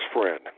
friend